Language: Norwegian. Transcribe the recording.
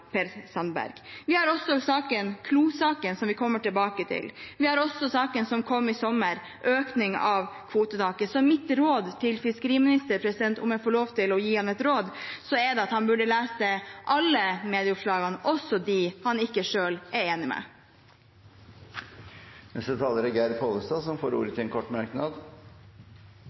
Per Sandberg. Så har vi Klo-saken, som vi kommer tilbake til, og vi har saken som kom i sommer, med økning av kvotetaket. Så mitt råd til fiskeriministeren, om jeg får lov til å gi ham et råd, er at han burde lese alle medieoppslagene, også dem han selv ikke er enig i. Representanten Geir Pollestad har hatt ordet to ganger tidligere og får ordet til en kort merknad,